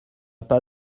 pas